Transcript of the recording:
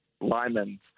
Lyman